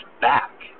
back